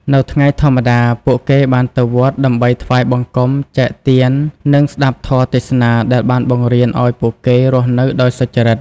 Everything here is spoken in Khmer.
នៅថ្ងៃធម្មតា ពួកគេបានទៅវត្តដើម្បីថ្វាយបង្គំ ចែកទាន និងស្តាប់ធម៌ទេសនាដែលបានបង្រៀនឱ្យពួកគេរស់នៅដោយសុចរិត។